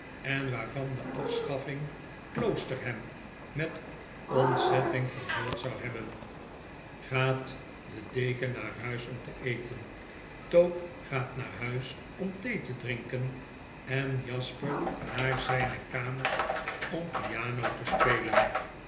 en waarvan de afschafflng kloosterham met ontzetting vervuld zou hebben gaat de deken naar huis om te eten tope gaat naar huis om thee te drinken en jasper naar zyne kamers om piano te spelen